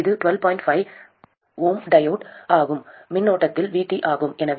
5 Ω diode மின்னோட்டத்தால் Vt ஆகும் எனவே இது 12